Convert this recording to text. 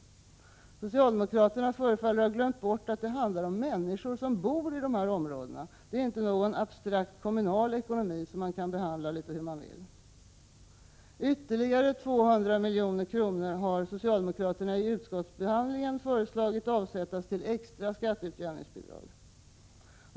Socialdemokraterna förefaller 'å LE s Kommunalatt ha glömt bort att det handlar om människor som bor i dessa områden — ä ;” sv ekonomiska inte någon abstrakt ”kommunal ekonomi” som man kan behandla hur som frå rågor Ytterligare 200 milj.kr. har socialdemokraterna vid utskottsbehandlingen föreslagit skall avsättas till extra skatteutjämningsbidrag.